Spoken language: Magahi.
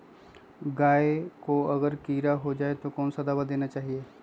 गाय को अगर कीड़ा हो जाय तो कौन सा दवा देना चाहिए?